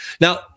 now